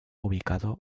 ubicado